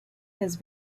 has